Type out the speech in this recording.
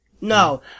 No